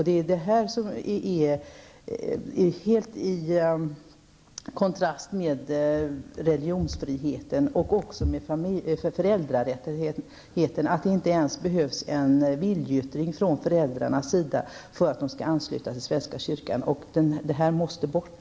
Det är helt i kontrast med religionsfriheten och med föräldrarätten att det inte ens behövs någon viljeyttring från föräldrarnas sida för att barnen skall bli anslutna till svenska kyrkan. Det måste bort.